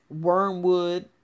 wormwood